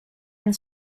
and